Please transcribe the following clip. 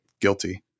guilty